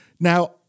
Now